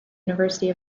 university